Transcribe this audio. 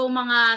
mga